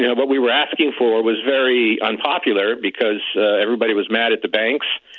yeah what we were asking for was very unpopular, because everybody was mad at the banks,